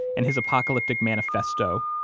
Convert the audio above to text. and his apocalyptic manifesto,